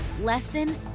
Lesson